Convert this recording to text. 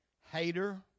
hater